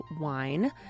wine